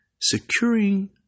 Securing